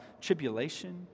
tribulation